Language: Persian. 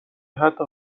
حتا